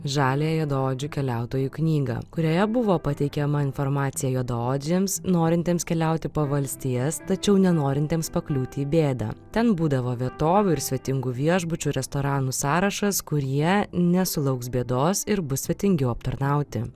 žalią juodaodžių keliautojų knygą kurioje buvo pateikiama informacija juodaodžiams norintiems keliauti po valstijas tačiau nenorintiems pakliūti į bėdą ten būdavo vietovių ir svetingų viešbučių restoranų sąrašas kur jie nesulauks bėdos ir bus svetingiau aptarnauti